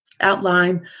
outline